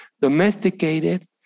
domesticated